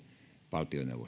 valtiopäivät